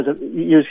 use